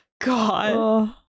God